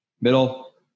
Middle